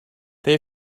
they